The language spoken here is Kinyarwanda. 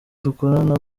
dukorana